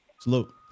Salute